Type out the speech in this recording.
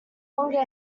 longer